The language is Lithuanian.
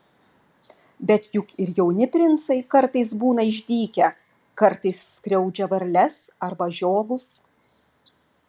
bet juk ir jauni princai kartais būna išdykę kartais skriaudžia varles arba žiogus